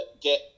get